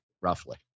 roughly